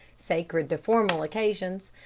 sacred to formal occasions,